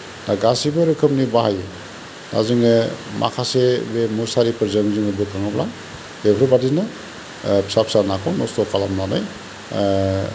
दा गासैबो रोखोमनि बाहायो दा जोङो माखासे मुसारिफोरजों बोखाङोब्ला बेफोरबादिनो फिसा फिसा नाखौ नस्त खालामनानै